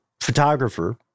photographer